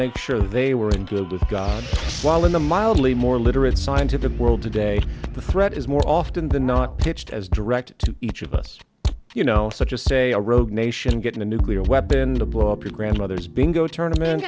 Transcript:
make sure they were well in the mildly more literate scientific world today the threat is more often than not pitched as direct to each of us you know such as say a rogue nation getting a nuclear weapon to blow up your grandmother's bingo tournament